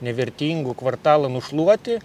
nevertingų kvartalą nušluoti